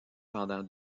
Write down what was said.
pendant